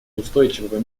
устойчивого